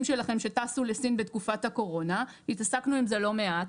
שלכם שטסו לסין בתקופת הקורונה - התעסקנו עם זה לא מעט.